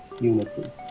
unity